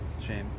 Shame